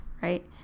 right